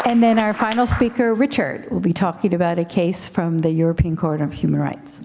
and then our final speaker richard will be talking about a case from the european court of human rights